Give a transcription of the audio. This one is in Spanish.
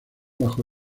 bajo